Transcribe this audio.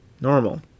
Normal